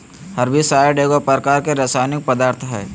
herbicide एगो प्रकार के रासायनिक पदार्थ हई